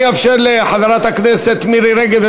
אני אאפשר לחברת הכנסת מירי רגב,